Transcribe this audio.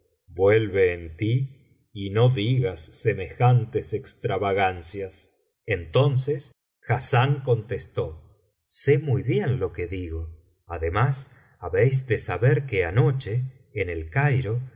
vuelve en ti y no digas semejantes extravagancias entonces hassán contestó sé muy bien lo que digo además habéis de saber que anoche en el cairo